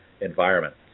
environment